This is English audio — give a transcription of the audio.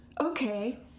Okay